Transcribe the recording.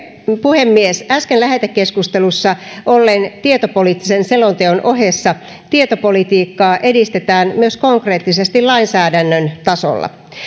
puhemies äsken lähetekeskustelussa olleen tietopoliittisen selonteon ohessa tietopolitiikkaa edistetään myös konkreettisesti lainsäädännön tasolla